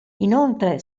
inoltre